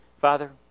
Father